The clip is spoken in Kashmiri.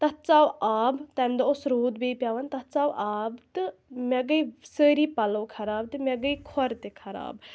تَتھ ژاو آب تَمہِ دۄہ اوس روٗد بیٚیہِ پٮ۪وان تَتھ ژاو آب تہٕ مےٚ گٔے سٲری پَلَو خراب تہٕ مےٚ گٔے کھۅر تہِ خراب